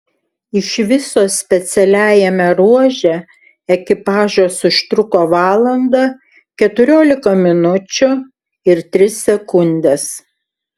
iš viso specialiajame ruože ekipažas užtruko valandą keturiolika minučių ir tris sekundes